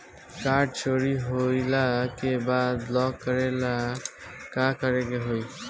Card चोरी होइला के बाद ब्लॉक करेला का करे के होई?